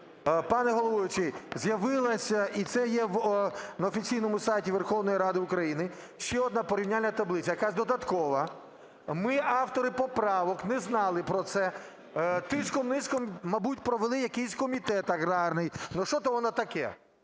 Пане головуючий, з'явилася - і це є на офіційному сайті Верховної Ради України, - ще порівняльна таблиця, якась додаткова. Ми, автори поправок, не знали про це, тишком-нишком, мабуть, провели якийсь комітет аграрний, щось воно таке.